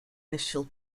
initial